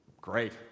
Great